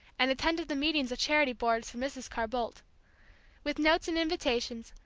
and attended the meetings of charity boards for mrs. carr-boldt. with notes and invitations,